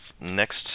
next